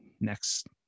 next